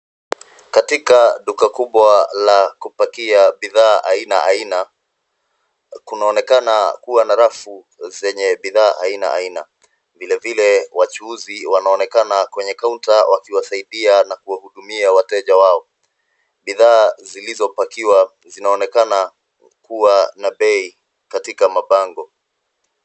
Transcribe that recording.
Katika duka kubwa la kupakia bidhaa aina aina, kunaonekana kuwa na rafu zenye bidhaa aina aina. Vile vile wachuuzi wanaonekana kwenye kaunta wakiwasaidia na kuwahudumia wateja wao. Bidhaa zilizopakiwa zinaonekana kuwa na bei katika mabango.